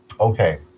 Okay